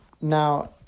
now